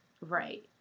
Right